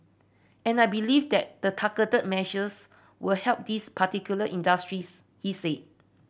and I believe the targeted measures will help these particular industries he said